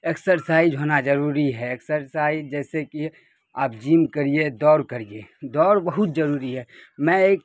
exercise ہونا ضروری ہے ایسرسائز جیسے کہ آپ جم کریے دور کریے دوڑ بہت ضروری ہے میں ایک